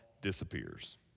disappears